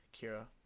Kira